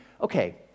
okay